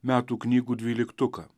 metų knygų dvyliktuką